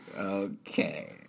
Okay